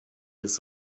des